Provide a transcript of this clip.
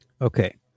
Okay